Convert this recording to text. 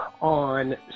on